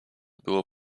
było